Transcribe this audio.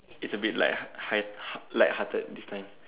it's a bit like light-heart~ light-hearted this time